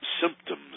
symptoms